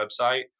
website